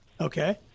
Okay